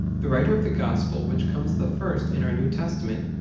the writer of the gospel which comes the first in our new testament,